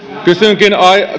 kysynkin